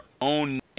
own